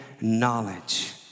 knowledge